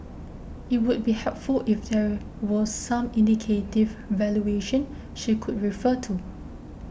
it would be helpful if there were some indicative valuation she could refer to